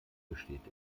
besteht